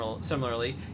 Similarly